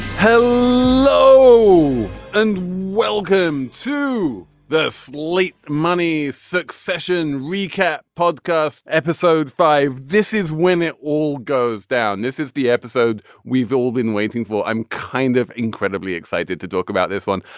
hello and welcome to the slate. money succession recap podcast episode five point this is when it all goes down. this is the episode we've all been waiting for. i'm kind of incredibly excited to talk about this one.